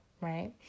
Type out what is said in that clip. Right